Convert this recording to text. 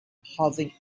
housing